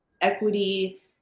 equity